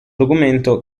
documento